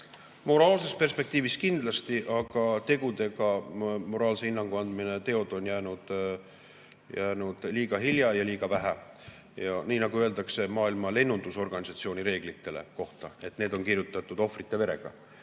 Moraalses [mõttes] kindlasti, aga tegudega moraalse hinnangu andmine on [nõrk], teod on jäänud liiga hiljaks ja neid on liiga vähe. Ja nii nagu öeldakse maailma lennundusorganisatsiooni reeglite kohta, et need on kirjutatud ohvrite verega,